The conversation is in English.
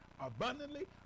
abundantly